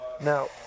Now